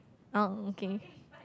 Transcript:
oh okay